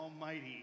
Almighty